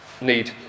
need